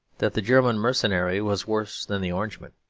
that the german mercenary was worse than the orangemen,